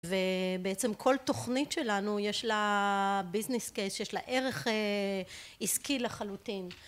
ובעצם כל תוכנית שלנו יש לה business case, יש לה ערך עסקי לחלוטין.